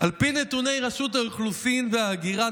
"על פי נתוני רשות האוכלוסין וההגירה,